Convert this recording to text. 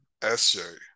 SJ